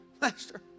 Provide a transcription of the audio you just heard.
Master